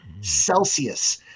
Celsius